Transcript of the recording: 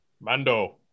mando